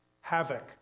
havoc